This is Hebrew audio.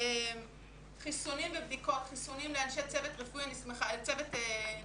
חיסונים ובדיקות: חיסונים לאנשי צוות מורים